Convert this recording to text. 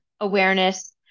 awareness